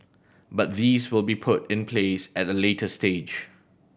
but these will be put in place at the later stage